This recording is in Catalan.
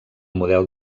model